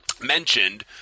mentioned